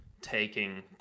taking